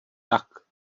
tak